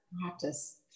practice